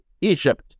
Egypt